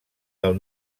del